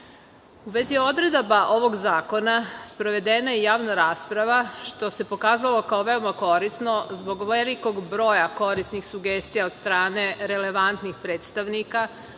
U vezi odredaba ovog zakona, sprovedena je javna rasprava, što se pokazalo kao veoma korisno zbog velikog broja korisnih sugestija od strane relevantnih predstavnika